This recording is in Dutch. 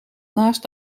naast